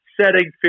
setting